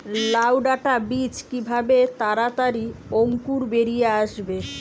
লাউ ডাটা বীজ কিভাবে তাড়াতাড়ি অঙ্কুর বেরিয়ে আসবে?